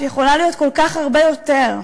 שיכולה להיות כל כך הרבה יותר.